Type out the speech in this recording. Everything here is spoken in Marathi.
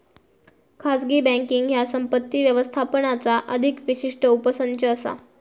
खाजगी बँकींग ह्या संपत्ती व्यवस्थापनाचा अधिक विशिष्ट उपसंच असा